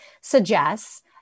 suggests